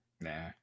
Nah